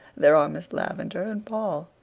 there are miss lavendar and paul.